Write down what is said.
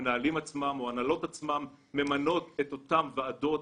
המנהלים עצמם או ההנהלות עצמן ממנות את אותן ועדות,